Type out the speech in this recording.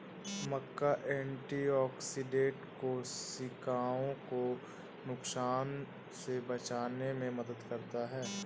मक्का antioxidant कोशिकाओं को नुकसान से बचाने में मदद करता है